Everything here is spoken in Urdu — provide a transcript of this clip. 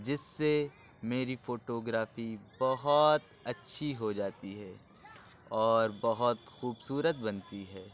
جس سے میری فوٹو گرافی بہت اچھی ہو جاتی ہے اور بہت خوبصورت بنتی ہے